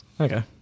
Okay